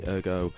Ergo